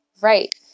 right